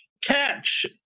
Catch